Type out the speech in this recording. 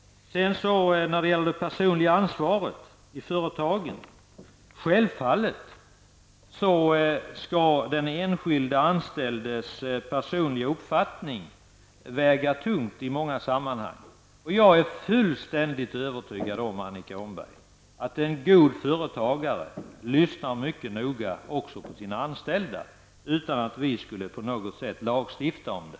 Vidare har vi frågan om det personliga ansvaret i företagen. Självfallet skall den enskilda anställdas personliga uppfattning väga tungt i många sammanhang. Jag är fullständigt övertygad om, Annika Åhnberg, att en god företagare lyssnar mycket noga också på sina anställda utan att vi på något sätt skall behöva lagstifta om det.